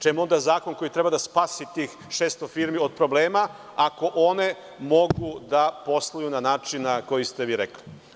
Čemu onda zakon koji treba da spasi tih 600 firmi od problema, ako one mogu da posluju na način na koji ste vi rekli?